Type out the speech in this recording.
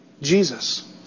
Jesus